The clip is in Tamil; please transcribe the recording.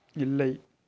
இல்லை